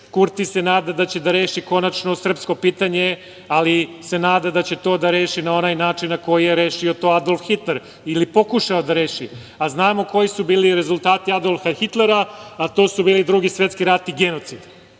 Kurti se nada da će da reši konačno srpsko pitanje, ali se nada da će to da reši na onaj način na koji je rešio to Adolf Hitler, ili pokušao da reši, a znamo koji su bili rezultati Adolfa Hitlera, a to su bili Drugi svetski rat i genocid.E,